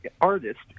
artist